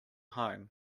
home